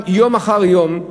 יום אחר יום,